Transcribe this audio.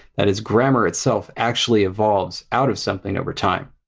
that is grammar itself actually evolves out of something over time.